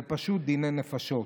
זה פשוט דיני נפשות.